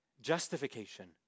Justification